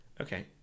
Okay